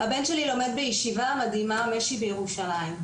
"הבן שלי לומד בישיבה מדהימה, מש"י, בירושלים.